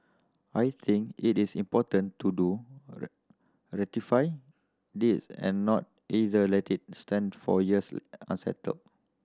I think it is important to do ratify this and not either let it stand for years unsettled